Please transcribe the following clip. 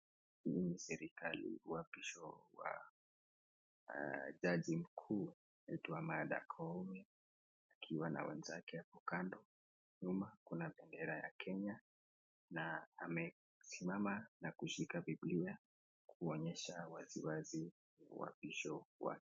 Hii ni serekali uapisho wa jaji mkuu anaitwa Martha Koome akiwa na wenzake hapo kando. Nyuma kuna bendera ya Kenya na amesimama na kushika bibilia kuonyesha wazi wazi uapisho wake.